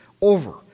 over